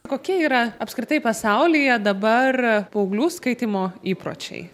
kokie yra apskritai pasaulyje dabar paauglių skaitymo įpročiai